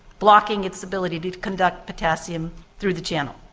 blocking its ability to conduct potassium through the channel.